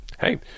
hey